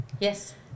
Yes